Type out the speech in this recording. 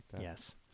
Yes